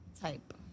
type